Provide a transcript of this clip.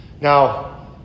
Now